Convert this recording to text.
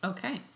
Okay